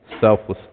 selflessly